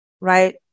right